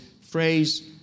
phrase